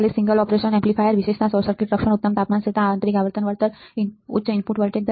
LM741 single operational amplifier વિશેષતા • short circuit રક્ષણ • ઉત્તમ તાપમાન સ્થિરતા આંતરીક આવર્તન વળતર • ઉચ્ચ ઇનપુટ વોલ્ટેજ દર